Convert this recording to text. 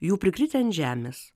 jų prikritę ant žemės